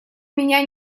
меня